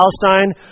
Palestine